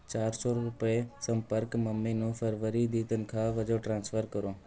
ਚਾਰ ਸੌ ਰੁਪਏ ਸੰਪਰਕ ਮੰਮੀ ਨੂੰ ਫਰਵਰੀ ਦੀ ਤਨਖਾਹ ਵਜੋਂ ਟ੍ਰਾਂਸਫਰ ਕਰੋ